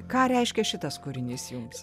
ką reiškia šitas kūrinys jums